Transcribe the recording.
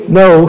no